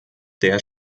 der